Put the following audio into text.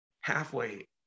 halfway